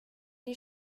die